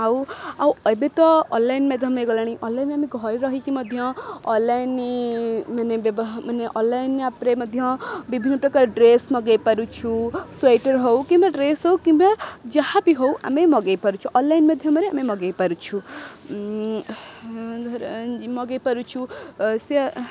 ଆଉ ଆଉ ଏବେ ତ ଅନଲାଇନ୍ ମାଧ୍ୟମ ହେଇଗଲାଣି ଅନଲାଇନ୍ ଆମେ ଘରେ ରହିକି ମଧ୍ୟ ଅନଲାଇନ୍ ମାନେ ମାନେ ଅନଲାଇନ୍ ଆପ୍ରେ ମଧ୍ୟ ବିଭିନ୍ନ ପ୍ରକାର ଡ୍ରେସ୍ ମଗାଇ ପାରୁଛୁ ସ୍ଵେଟର୍ ହଉ କିମ୍ବା ଡ୍ରେସ୍ ହଉ କିମ୍ବା ଯାହା ବି ହଉ ଆମେ ମଗାଇ ପାରୁଛୁ ଅନଲାଇନ୍ ମାଧ୍ୟମରେ ଆମେ ମଗାଇ ପାରୁଛୁ ମଗାଇ ପାରୁଛୁ ସେ